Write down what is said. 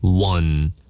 One